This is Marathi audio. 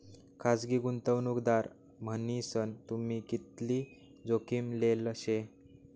खासगी गुंतवणूकदार मन्हीसन तुम्ही कितली जोखीम लेल शे